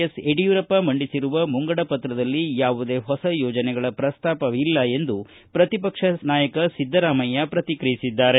S Yediyurappa ಮಂಡಿಸಿರುವ ಮುಂಗಡ ಪತ್ರದಲ್ಲಿ ಯಾವುದೇ ಹೊಸ ಯೋಜನೆಗಳ ಪ್ರಸ್ತಾಪವಿಲ್ಲ ಎಂದು ಪ್ರತಿಪಕ್ಷ ನಾಯಕ ಸಿದ್ದರಾಮಯ್ಯ ಪ್ರತಿಕ್ರಿಯಿಸಿದ್ದಾರೆ